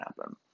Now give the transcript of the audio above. happen